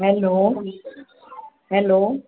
hello hello